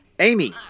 Amy